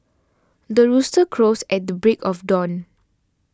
the rooster crows at the break of dawn